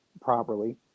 properly